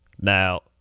Now